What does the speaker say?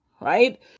right